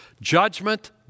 Judgment